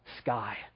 sky